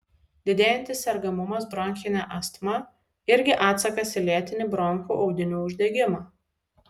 didėjantis sergamumas bronchine astma irgi atsakas į lėtinį bronchų audinių uždegimą